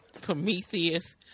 Prometheus